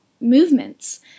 movements